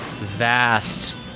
vast